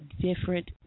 different